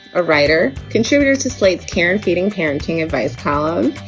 a writer contributor to slate care and feeding parenting advice column.